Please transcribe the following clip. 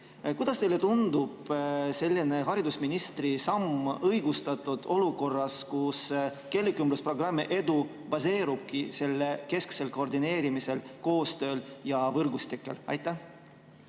Kuidas teile tundub, kas selline haridusministri samm on õigustatud olukorras, kus keelekümblusprogrammi edu baseerubki selle kesksel koordineerimisel, koostööl ja võrgustikel? Aitäh,